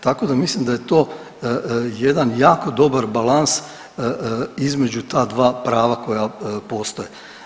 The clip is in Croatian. Tako da mislim da je to jedan jako dobar balans između ta dva prava koja postoje.